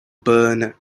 burned